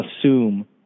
assume